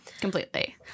Completely